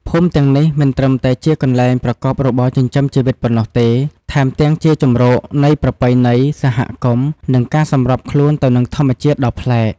ភូមិទាំងនេះមិនត្រឹមតែជាកន្លែងប្រកបរបរចិញ្ចឹមជីវិតប៉ុណ្ណោះទេ ថែមទាំងជាជម្រកនៃប្រពៃណី សហគមន៍ និងការសម្របខ្លួនទៅនឹងធម្មជាតិដ៏ប្លែក។